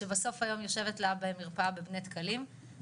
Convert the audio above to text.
שבסוף היום יושבת לה במרפאה בבני דקלים,